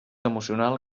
emocional